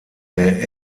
der